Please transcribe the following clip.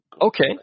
Okay